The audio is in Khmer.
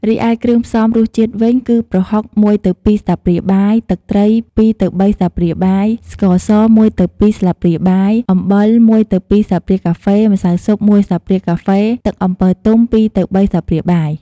រីឯគ្រឿងផ្សំរសជាតិវិញ គឺប្រហុក ១ទៅ២ ស្លាបព្រាបាយ ទឹកត្រី ២ទៅ៣ ស្លាបព្រាបាយ ស្ករស ១ទៅ២ ស្លាបព្រាបាយ អំបិល ១ទៅ២ ស្លាបព្រាកាហ្វេ ម្សៅស៊ុប ១ ស្លាបព្រាកាហ្វេ ទឹកអំពិលទុំ ២ទៅ៣ ស្លាបព្រាបាយ។